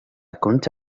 كنت